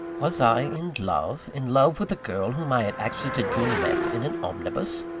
was i in love in love with a girl whom i had accidentally met in an omnibus?